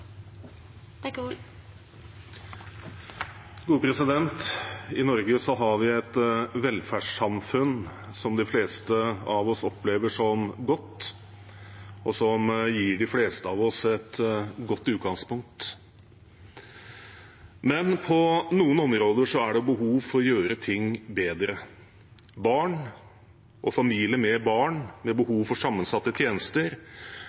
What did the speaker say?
et velferdssamfunn som de fleste av oss opplever som godt, og som gir de fleste av oss et godt utgangspunkt. Men på noen områder er det behov for å gjøre ting bedre. Barn og familier med barn med behov for sammensatte tjenester